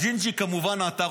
הג'ינג'י כמובן עתר,